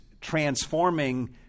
transforming